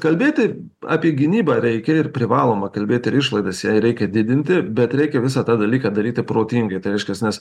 kalbėti apie gynybą reikia ir privaloma kalbėti ir išlaidas jai reikia didinti bet reikia visą tą dalyką daryti protingai tai reiškias nes